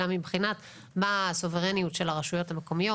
אלא מבחינת מה הסוברניות של הרשויות המקומיות.